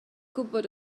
gwybod